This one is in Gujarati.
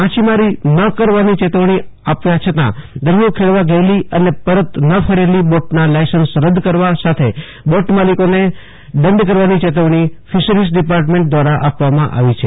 માછીમારી ન કરવાની ચેતવણી આપ્યા છતાં દરિયો ખેડવા ગયેલા અને પરત ન ફરેલી બોટના લાયસન્સ રદ્દ કરવા સાથે બોટ માલીકોને દંડ ફટકારવાની ચેતવણી ફિશરીઝ ડિપાર્ટમેન્ટ દ્વારા આપવામાં આવી છે